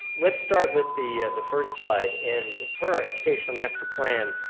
let's start with the the first slide and per our educational master plan,